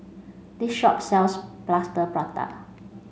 this shop sells plaster Prata